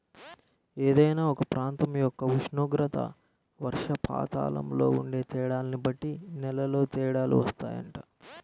ఏదైనా ఒక ప్రాంతం యొక్క ఉష్ణోగ్రత, వర్షపాతంలో ఉండే తేడాల్ని బట్టి నేలల్లో తేడాలు వత్తాయంట